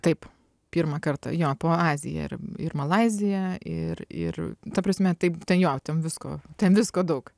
taip pirmą kartą jo po aziją ir ir malaiziją ir ir ta prasme taip ten jo ten visko ten visko daug